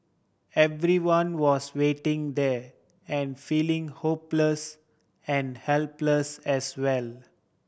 everyone was waiting there and feeling hopeless and helpless as well